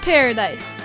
Paradise